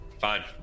Fine